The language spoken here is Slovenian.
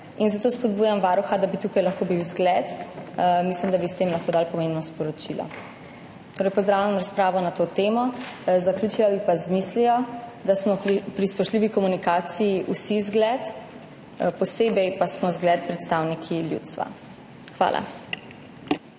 Zato spodbujam Varuha, da bi tukaj lahko bil vzgled. Mislim, da bi s tem lahko dali pomembno sporočilo. Pozdravljam torej razpravo na to temo. Zaključila bi pa z mislijo, da smo pri spoštljivi komunikaciji vsi vzgled, posebej pa smo vzgled predstavniki ljudstva. Hvala.